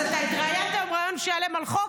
אז אתה התראיינת היום ריאיון שלם על חוק,